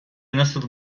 nasıl